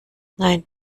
nein